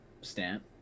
Stamp